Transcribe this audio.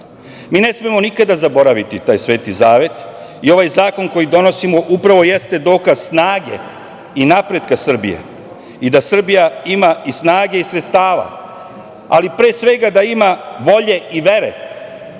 ne smemo nikada zaboraviti taj sveti zavet. Ovaj zakon koji donosimo upravo jeste dokaz snage i napretka Srbije i da Srbija ima i snage i sredstava, ali pre svega da ima volje i vere